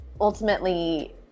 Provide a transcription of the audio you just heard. ultimately